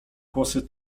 kłosy